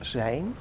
zijn